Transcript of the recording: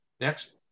Next